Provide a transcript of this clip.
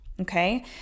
okay